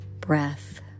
breath